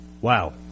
Wow